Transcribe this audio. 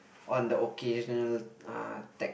on the occasional uh tag